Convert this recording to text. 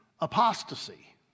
apostasy